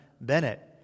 Bennett